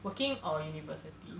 working or university